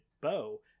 bow